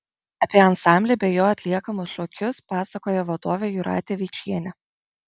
apie ansamblį bei jo atliekamus šokius pasakojo vadovė jūratė vyčienė